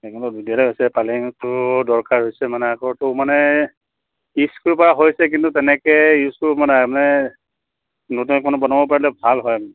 পালেঙটো দৰকাৰ হৈছে মানে আকৌ তো মানে ইউজ কৰিব পৰা হৈছে কিন্তু তেনেকৈ ইউজ কৰিব পৰা নাই মানে নতুন এখন বনাব পাৰিলে ভাল হয়